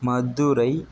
Madurai